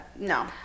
No